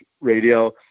radio